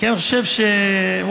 כי אני חושב שוואללה,